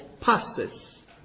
pastors